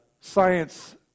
science